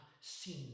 seen